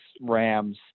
rams